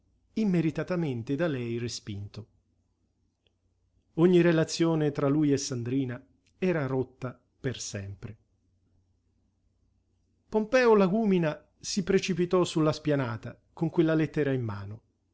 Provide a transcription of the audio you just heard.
immeritamente da lei respinto ogni relazione tra lui e sandrina era rotta per sempre pompeo lagúmina si precipitò su la spianata con quella lettera in mano